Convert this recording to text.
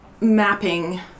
mapping